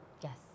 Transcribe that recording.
Yes